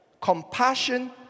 Compassion